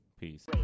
peace